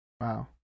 wow